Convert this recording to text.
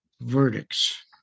verdicts